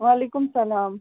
وعلیکُم السلام